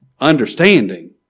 Understanding